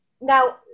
now